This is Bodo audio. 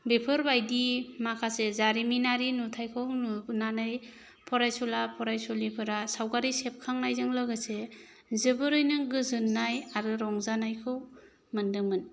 बेफोरबायदि माखासे जारिमिनारि नुथायखौ नुनानै फरायसुला फरायसुलिफोरा सावगारि सेबखांनायजों लोगोसे जोबोरैनो गोजोननाय आरो रंजानायखौ मोनदोंमोन